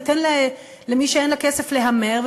ניתן למי שאין לה כסף להמר,